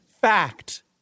Fact